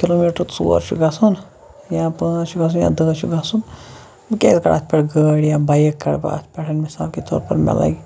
kilometre ژور چھُ گژھُن یا پانٛژھ چھُ گژھُن یا دہ چھُ گژھُن بہٕ کیازِ کَڑٕ اَتھ پٮ۪ٹھ گٲڑۍ یا بایِک کَڑٕ بہٕ اَتھ پٮ۪ٹھ مِثال کہِ طور پَر مےٚ لَگہِ